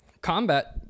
Combat